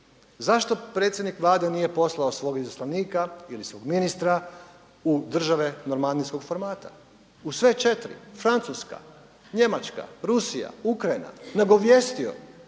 Zašto predsjednik Vlade nije poslao svog izaslanika ili svog ministra u države normandijskog formata, u sve četiri, Francuska, Njemačka, Rusija, Ukrajina nagovijestio